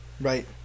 Right